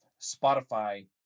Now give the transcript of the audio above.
Spotify